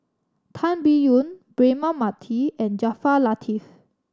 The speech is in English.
Tan Biyun Braema Mathi and Jaafar Latiff